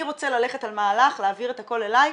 אני רוצה ללכת על מהלך להעביר את הכול אלי.